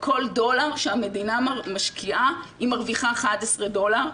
על כל דולר שהמדינה משקיעה היא מרוויחה 11 דולר.